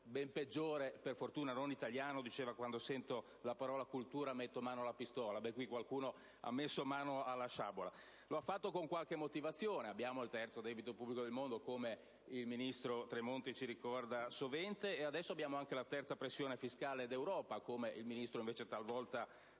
ben peggiore, per fortuna non italiano, diceva: «Quando sento parlare di cultura metto mano alla pistola». Qui qualcuno ha messo mano alla sciabola. Lo ha fatto con qualche motivazione: abbiamo il terzo debito pubblico del mondo, come il ministro Tremonti ci ricorda sovente, e adesso anche la terza pressione fiscale d'Europa, come invece il Ministro talvolta